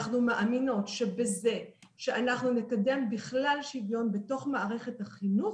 אנחנו מאמינות שבזה שאנחנו נקדם בכלל שוויון בתוך מערכת החינוך,